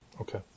Okay